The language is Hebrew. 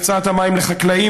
הקצאת המים לחקלאים,